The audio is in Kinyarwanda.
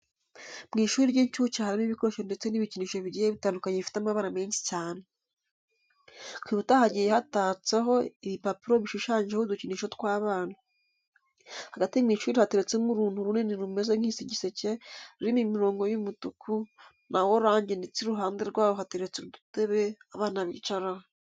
Mu ishuri ry'inshuke harimo ibikoresho ndetse n'ibikinisho bigiye bitandukanye bifite amabara menshi cyane. Ku bikuta hagiye hatatseho ibipapuro bishushanyijeho udukinisho tw'abana. Hagati mu ishuri hateretsemo uruntu runini rumeze nk'igiseke rurimo imirongo y'umutuku na oranje ndetse iruhande rwaho hateretse udutebe abana bicaraho.